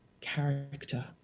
character